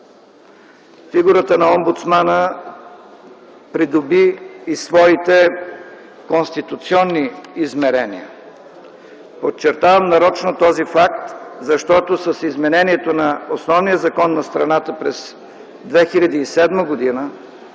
фигурата на омбудсмана придоби и своите конституционни измерения. Подчертавам нарочно този факт, защото с изменението на Основния закон на страната през 2007 г.